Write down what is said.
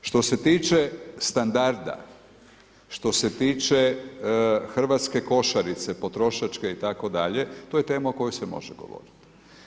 Što se tiče standarda, što se tiče hrvatske košarice, potrošačke itd., to je tema o kojoj se može govoriti.